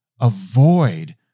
Avoid